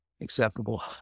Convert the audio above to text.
acceptable